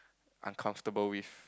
uncomfortable with